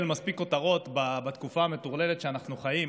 מספיק כותרות בתקופה המטורללת שבה אנחנו חיים,